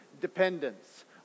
dependence